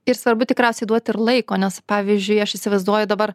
ir svarbu tikriausiai duoti ir laiko nes pavyzdžiui aš įsivaizduoju dabar